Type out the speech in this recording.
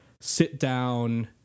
sit-down